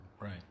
Right